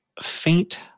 faint